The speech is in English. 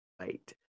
right